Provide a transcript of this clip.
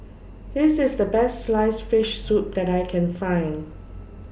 This IS The Best Sliced Fish Soup that I Can Find